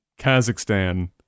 Kazakhstan